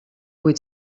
vuit